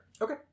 Okay